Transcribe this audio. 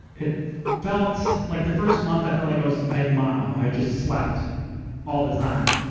it felt, like, the first month, i felt like i was, i had mono. i just slept all the time.